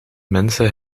mensen